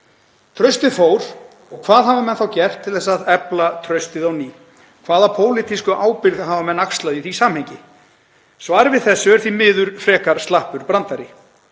Traustið fór og hvað hafa menn gert til að efla traustið á ný? Hvaða pólitísku ábyrgð hafa menn axlað í því samhengi? Svarið við þessu er því miður frekar slappur brandari.